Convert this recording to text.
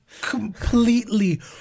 completely